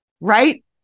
right